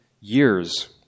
years